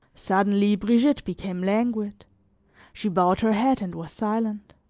suddenly, brigitte became languid she bowed her head and was silent.